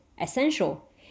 essential